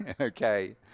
Okay